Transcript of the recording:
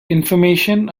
information